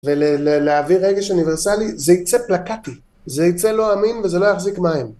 ולהעביר רגש אוניברסלי זה יצא פלקטי, זה יצא לא אמין וזה לא יחזיק מים.